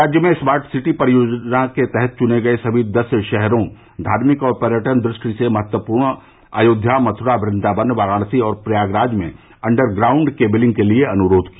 राज्य में smart city परियोजना के तहत चुने गये सभी दस षहरों धार्मिक और पर्यटन दृश्टि से महत्वपूर्ण अयोध्या मथ्रा वृन्दावन वाराणसी और प्रयागराज में अंडर ग्राउंड केबलिंग के लिए अनुरोध किया